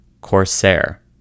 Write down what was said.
Corsair